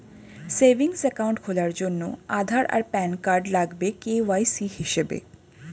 savings account খোলার জন্যে আধার আর প্যান কার্ড লাগবে কে.ওয়াই.সি হিসেবে